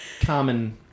common